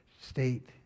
state